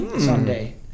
someday